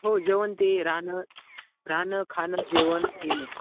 हो जेवण ते राहणं राहणं खाणं जेवण येणं